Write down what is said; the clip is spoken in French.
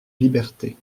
liberté